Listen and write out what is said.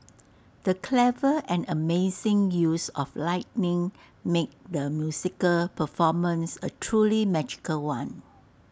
the clever and amazing use of lighting made the musical performance A truly magical one